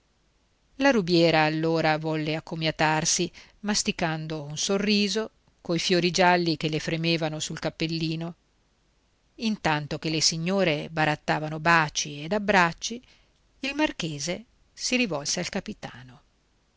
la rubiera allora volle accomiatarsi masticando un sorriso coi fiori gialli che le fremevano sul cappellino intanto che le signore barattavano baci ed abbracci il marchese si rivolse al capitano